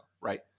right